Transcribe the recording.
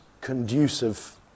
conducive